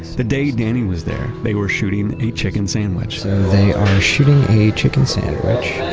the day danny was there, they were shooting a chicken sandwich so they are shooting a chicken sandwich.